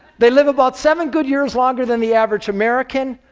they live about seven good years longer than the average american.